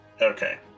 Okay